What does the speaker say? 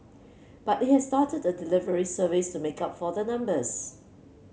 but it has started a delivery service to make up for the numbers